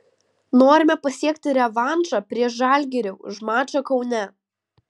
norime pasiekti revanšą prieš žalgirį už mačą kaune